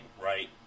right